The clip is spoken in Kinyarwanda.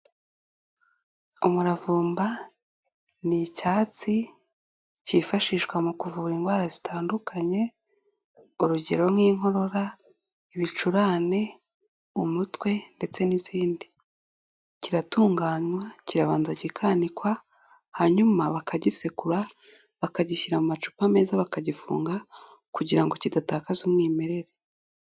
Umuravumba ni icyatsi kifashishwa mu kuvura indwara zitandukanye, urugero nk'inkorora, ibicurane, umutwe ndetse n'izindi, kiratunganywa, kirabanza kikanikwa hanyuma bakagisekura, bakagishyira mu macupa meza bakagifunga kugira ngo kidatakaza umwimerere.